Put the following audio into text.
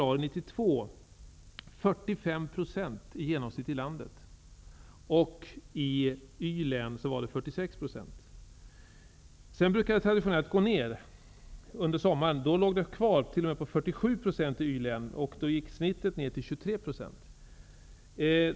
Antalet arbetslösa där var Arbetslösheten brukar traditionellt gå ned under sommaren, men den låg kvar på 47 % i Y-län, medan genomsnittet gick ned till 23 %.